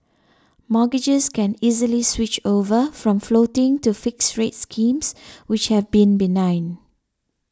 mortgagors can easily switch over from floating to fixed rate schemes which have been benign